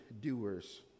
doers